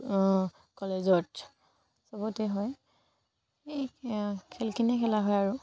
কলেজত চবতে হয় এই খেলখিনিয়ে খেলা হয় আৰু